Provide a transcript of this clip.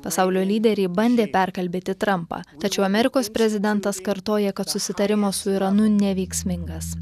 pasaulio lyderiai bandė perkalbėti trampą tačiau amerikos prezidentas kartoja kad susitarimas su iranu neveiksmingas